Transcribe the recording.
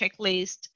checklist